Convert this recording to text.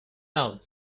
out